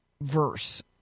verse